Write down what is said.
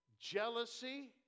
jealousy